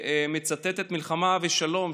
מצטט את "מלחמה ושלום",